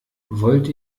wollt